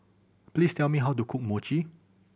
please tell me how to cook Mochi